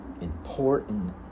important